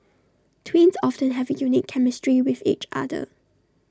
twins often have A unique chemistry with each other